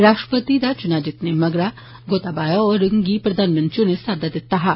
राश्ट्रपति दा च्नां जितने मगरा गोताबाया होरें गी प्रधानमंत्री होरें साद्वा दिता हा